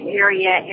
area